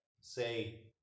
say